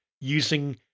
using